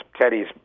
Teddy's